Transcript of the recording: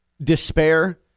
Despair